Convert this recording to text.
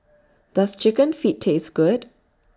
Does Chicken Feet Taste Good